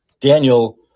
Daniel